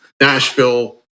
Nashville